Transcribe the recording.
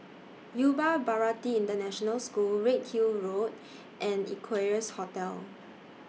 Yuva Bharati International School Redhill Road and Equarius Hotel